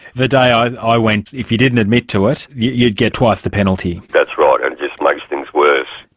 the day i and i went, if you didn't admit to it, you'd get twice the penalty. that's right. and it just makes things worse.